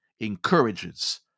encourages